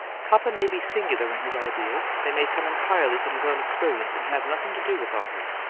papa may be singular in his ideas they may come entirely from his own experience, and have nothing to do with arthur.